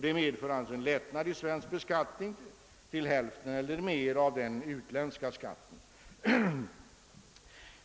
Det medför alltså en lättnad i svensk beskattning till hälften eller mera av den utländska skatten.